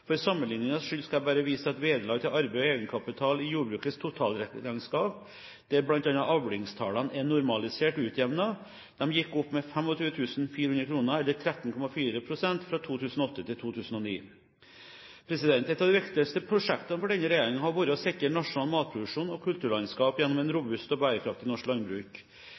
For sammenligningens skyld skal jeg bare vise til at vederlag til arbeid og egenkapital i jordbrukets totalregnskap, der bl.a. avlingstallene er normalisert utjevnet, gikk opp med 25 400 kr, eller l3,4 pst. fra 2008 til 2009. Ett av de viktigste prosjektene for denne regjeringen har vært å sikre nasjonal matproduksjon, og kulturlandskapet, gjennom et robust og bærekraftig norsk landbruk.